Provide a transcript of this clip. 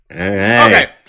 Okay